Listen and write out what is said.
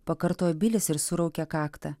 pakartojo bilis ir suraukė kaktą